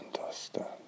understand